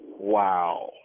Wow